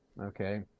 Okay